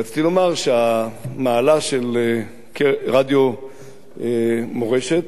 רציתי לומר שהמעלה של רדיו "מורשת",